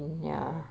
ya